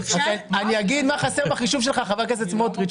אני אגיד מה חסר בחישוב שלך חבר הכנסת סמוטריץ'.